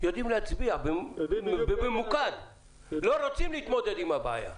להצביע בממוקד ולא רוצים להתמודד עם הבעיה.